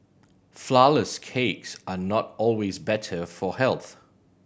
flourless cakes are not always better for health